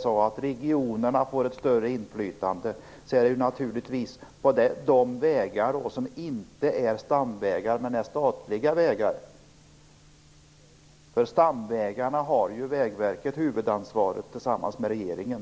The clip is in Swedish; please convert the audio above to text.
sade att regionerna får ett större inflytande. Det gäller naturligtvis de vägar som inte är stamvägar, men statliga vägar. Stamvägarna har ju Vägverket huvudansvaret för tillsammans med regeringen.